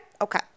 Okay